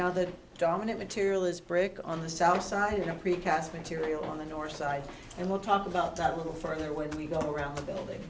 now the dominant material is brick on the south side of precast material on the north side and we'll talk about that little further when we go around the building